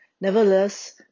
nevertheless